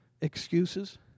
excuses